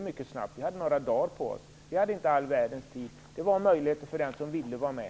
Vi hade bara några dagar på oss. Men det fanns möjlighet för alla som ville att vara med.